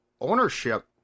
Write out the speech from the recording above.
ownership